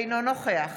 אינו נוכח